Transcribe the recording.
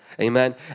Amen